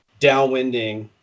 downwinding